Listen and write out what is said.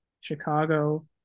Chicago